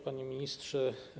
Panie Ministrze!